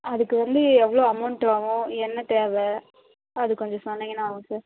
அதுக்கு வந்து எவ்வளோ அமௌண்ட் ஆகும் என்ன தேவை அது கொஞ்சம் சொன்னிங்கன்னா ஆவும் சார்